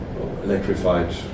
electrified